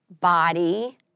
body